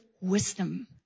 wisdom